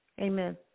Amen